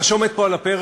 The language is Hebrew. מה שעומד פה על הפרק,